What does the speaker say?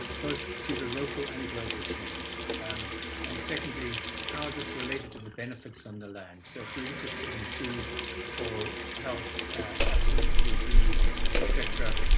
both due to local and global change um and secondly how is this related to the benefits on the land so if we're interested in food or health absence of disease etc.